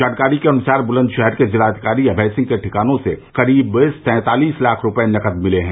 जानकारी के अनुसार बुलंदशहर के जिलाधिकारी अभय सिंह के ठिकानों से करीब सैंतालिस लाख रूपये नकद मिले हैं